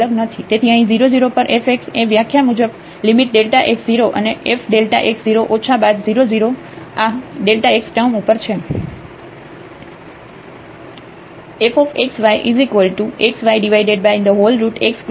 તેથી અહીં 0 0 પર f x એ વ્યાખ્યા મુજબ લિમિટ x 0 અને f x 0 ઓછા બાદ 0 0 આ x ટર્મ ઉપર છે